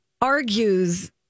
argues